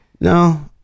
No